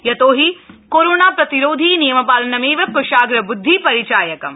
यतोहि कोरोना प्रतिरोधी नियमपालनमेव क्शाग्रब्द्धि परिचायकम्